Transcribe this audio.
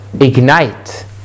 ignite